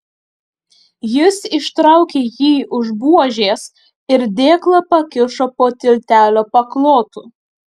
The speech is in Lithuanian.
jis ištraukė jį už buožės ir dėklą pakišo po tiltelio paklotu